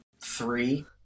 three